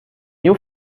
new